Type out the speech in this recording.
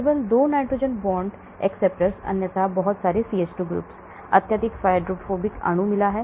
केवल 2 nitrogen hydrogen bond acceptorsअन्यथा बहुत CH2 अत्यधिक हाइड्रोफोबिक अणु मिला है